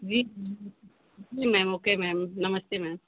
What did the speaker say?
जी जी ma'am okay ma'am नमस्ते ma'am